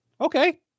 Okay